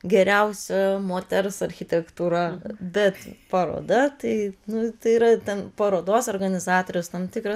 geriausia moters architektūra bet paroda tai nu tai yra ten parodos organizatoriaus tam tikras